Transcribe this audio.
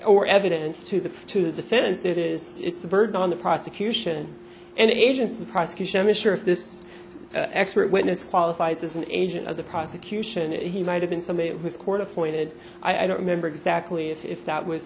or evidence to the to the defense it's a burden on the prosecution and agents the prosecution is sure if this expert witness qualifies as an agent of the prosecution he might have been somebody who was court appointed i don't remember exactly if that was